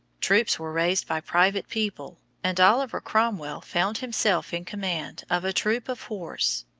troops were raised by private people, and oliver cromwell found himself in command of a troop of horse.